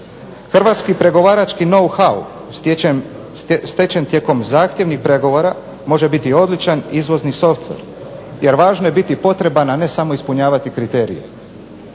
Hrvatski pregovarački know-how stečen tijekom zahtjevnih pregovora može biti odličan izvozni software jer važno je biti potreban, a ne samo ispunjavati kriterije.